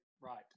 right